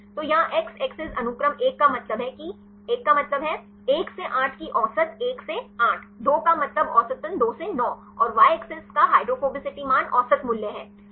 तो यहाँ एक्स अक्ष अनुक्रम 1 का मतलब है कि 1 का मतलब है 1 से 8 की औसत 1 से 8 2 का मतलब औसतन 2 से 9 और y अक्ष का हाइड्रोफोबिसिटी मान औसत मूल्य है